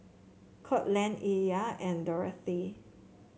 Courtland Illya and Dorathy